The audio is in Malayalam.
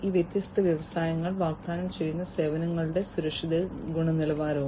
ഈ വ്യത്യസ്ത വ്യവസായങ്ങൾ വാഗ്ദാനം ചെയ്യുന്ന സേവനങ്ങളുടെ സുരക്ഷയും ഗുണനിലവാരവും